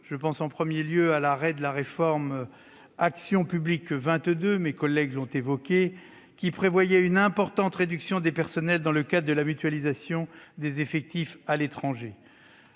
Je pense en premier lieu à l'arrêt de la réforme Action publique 2022, qui prévoyait une importante réduction du personnel dans le cadre de la mutualisation des effectifs à l'étranger.